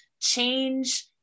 change